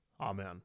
amen